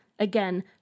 Again